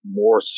more